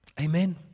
Amen